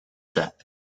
set